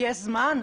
יש זמן?